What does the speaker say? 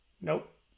Nope